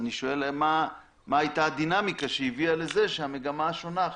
אני שואל מה הייתה הדינמיקה שהובילה לזה שהמגמה שונה עכשיו.